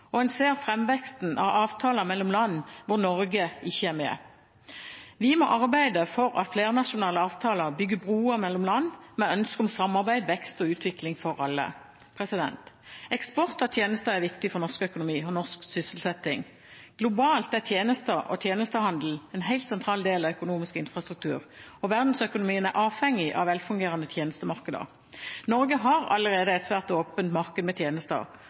og en ser framveksten av avtaler mellom land hvor Norge ikke er med. Vi må arbeide for at flernasjonale avtaler bygger broer mellom land, med ønske om samarbeid, vekst og utvikling for alle. Eksport av tjenester er viktig for norsk økonomi og norsk sysselsetting. Globalt er tjenester og tjenestehandel en helt sentral del av økonomisk infrastruktur, og verdensøkonomien er avhengig av velfungerende tjenestemarkeder. Norge har allerede et svært åpent marked med tjenester,